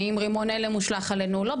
האם רימון הלם הושלך עלינו או לא.